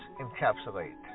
encapsulate